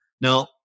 Now